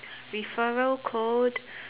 referral code